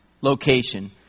location